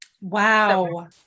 Wow